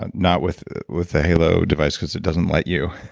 ah not with with the halo device, cause it doesn't let you.